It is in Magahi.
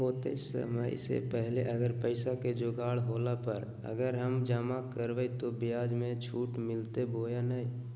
होतय समय से पहले अगर पैसा के जोगाड़ होला पर, अगर हम जमा करबय तो, ब्याज मे छुट मिलते बोया नय?